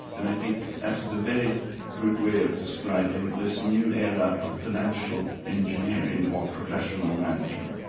and i think that is a very good way of describing this new era of financial engineering, or professional management.